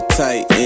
tight